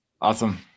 Awesome